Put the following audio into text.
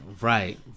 Right